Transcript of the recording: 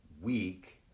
week